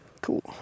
Cool